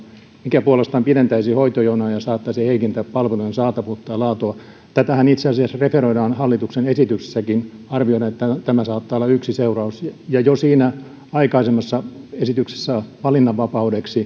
mikä puolestaan pidentäisi hoitojonoja ja saattaisi heikentää palvelujen saatavuutta ja laatua tätähän itse asiassa referoidaan hallituksen esityksessäkin arvioidaan että tämä saattaa olla yksi seuraus ja jo aikaisemmassa esityksessä valinnanvapaudesta